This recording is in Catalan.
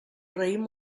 raïm